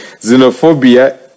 xenophobia